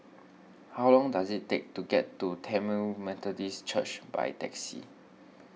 how long does it take to get to Tamil Methodist Church by taxi